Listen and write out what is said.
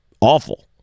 awful